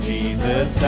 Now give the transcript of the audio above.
Jesus